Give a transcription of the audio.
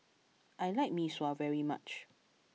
I like Mee Sua very much